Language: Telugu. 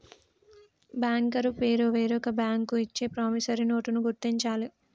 బ్యాంకరు పేరు వేరొక బ్యాంకు ఇచ్చే ప్రామిసరీ నోటుని గుర్తించాలి